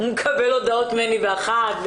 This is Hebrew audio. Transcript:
הוא מקבל הודעות ממני באחת,